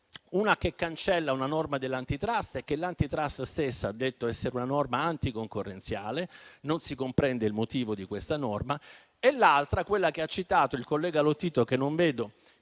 La prima cancella una norma dell'Antitrust, che l'Antitrust stessa ha detto essere anti-concorrenziale; non si comprende il motivo di questa norma. L'altra è quella che ha citato il collega Lotito, che non vedo